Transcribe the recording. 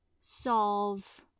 solve